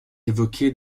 évoquée